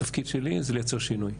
התפקיד שלי זה לייצר שינוי.